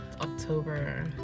october